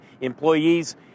employees